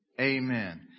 Amen